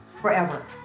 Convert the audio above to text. forever